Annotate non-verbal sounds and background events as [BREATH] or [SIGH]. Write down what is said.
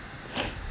[BREATH]